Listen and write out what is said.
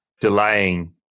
delaying